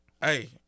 Hey